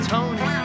Tony